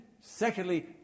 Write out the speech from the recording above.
secondly